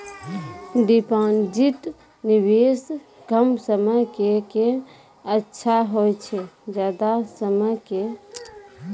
Deposit निवेश कम समय के के अच्छा होय छै ज्यादा समय के?